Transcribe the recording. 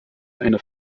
eine